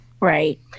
Right